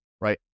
right